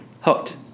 Hooked